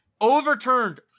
overturned